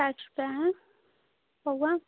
साठ रुपये है होगा